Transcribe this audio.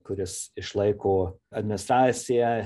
kuris išlaiko administraciją